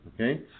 okay